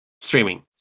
streaming